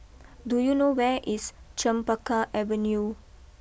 do you know where is Chempaka Avenue